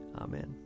Amen